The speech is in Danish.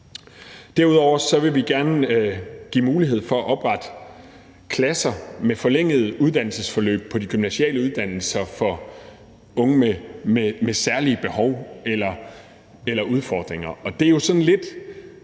Derudover vil vi gerne give mulighed for at oprette klasser med forlængede uddannelsesforløb på de gymnasiale uddannelser for unge med særlige behov eller udfordringer.